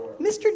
Mr